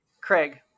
Craig